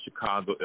Chicago